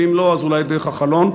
ואם לא אז אולי דרך החלון.